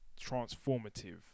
transformative